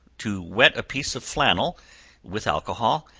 to wet a piece of flannel with, alcohol,